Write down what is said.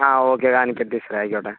ആ ഓക്കെ ആയിക്കോട്ടെ ടീച്ചറെ ആയിക്കോട്ടെ